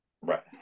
Right